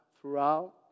throughout